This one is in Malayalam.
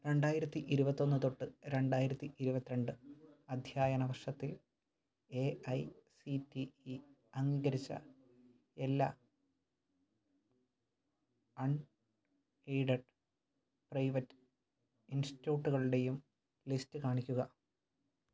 രണ്ടായിരത്തി ഇരുപത്തിൻ ഒന്ന് തൊട്ട് രണ്ടായിരത്തി ഇരുപത്തി രണ്ട് അധ്യയന വർഷത്തിൽ A I C T E അംഗീകരിച്ച എല്ലാ അൺഎയ്ഡഡ് പ്രൈവറ്റ് ഇൻസ്റ്റിറ്റൂട്ടുകളുടെയും ലിസ്റ്റ് കാണിക്കുക